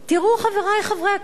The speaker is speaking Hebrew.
חברי חברי הכנסת,